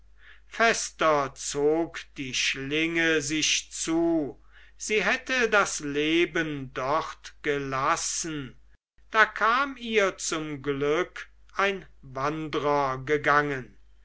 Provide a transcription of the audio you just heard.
fester zog die schlinge sich zu sie hätte das leben dort gelassen da kam ihr zum glück ein wandrer gegangen